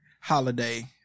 Holiday